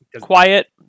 quiet